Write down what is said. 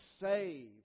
saved